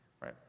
right